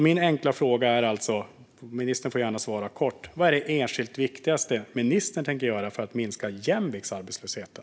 Min enkla fråga är - ministern får gärna svara kort: Vad är det enskilt viktigaste ministern tänker göra för att minska jämviktsarbetslösheten?